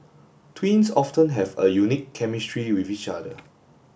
twins often have a unique chemistry with each other